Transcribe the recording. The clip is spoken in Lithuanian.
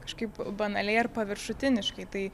kažkaip banaliai ar paviršutiniškai tai